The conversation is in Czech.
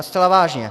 Zcela vážně.